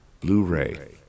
Blu-ray